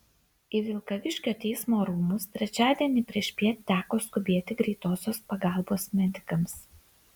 į vilkaviškio teismo rūmus trečiadienį priešpiet teko skubėti greitosios pagalbos medikams